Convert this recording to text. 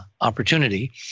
Opportunity